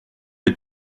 est